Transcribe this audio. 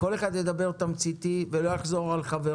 כל אחד יקבל זכות דיבור וידבר תמציתי בלי לחזור על חבריו.